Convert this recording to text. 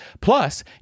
Plus